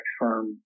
firm